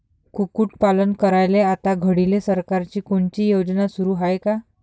कुक्कुटपालन करायले आता घडीले सरकारची कोनची योजना सुरू हाये का?